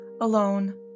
alone